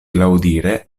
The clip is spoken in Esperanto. laŭdire